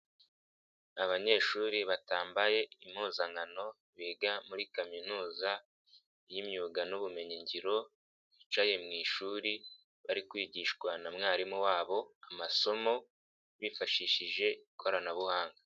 Abanyeshuri batambaye impuzankano biga muri kaminuza y'imyuga n'ubumenyi ngiro bicaye mu ishuri bari kwigishwa na mwarimu wabo amasomo bifashishije ikoranabuhanga.